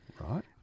Right